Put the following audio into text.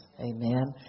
Amen